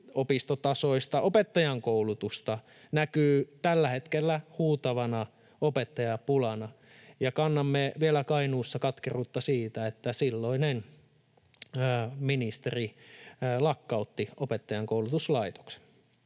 yliopistotasoista opettajankoulutusta, näkyy tällä hetkellä huutavana opettajapulana, ja kannamme vielä Kainuussa katkeruutta siitä, että silloinen ministeri lakkautti opettajankoulutuslaitoksen.